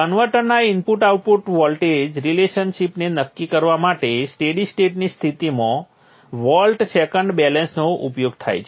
કન્વર્ટરના input output voltage રિલેશનશિપને નક્કી કરવા માટે સ્ટેડી સ્ટેટની સ્થિતિમાં વોલ્ટ સેકન્ડ બેલેન્સનો ઉપયોગ થાય છે